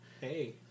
Hey